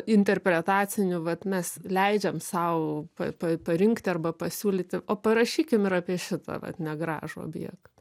interpretacinių vat mes leidžiam sau pa pa parinkti arba pasiūlyti o parašykim ir apie šitą vat negražų objektą